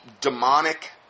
demonic